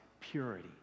purity